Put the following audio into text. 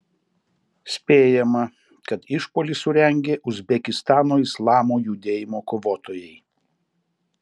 spėjama kad išpuolį surengė uzbekistano islamo judėjimo kovotojai